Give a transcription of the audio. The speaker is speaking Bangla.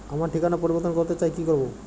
আমার ঠিকানা পরিবর্তন করতে চাই কী করব?